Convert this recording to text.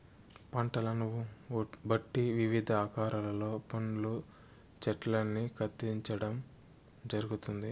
పంటలను బట్టి వివిధ ఆకారాలలో పండ్ల చెట్టల్ని కత్తిరించడం జరుగుతుంది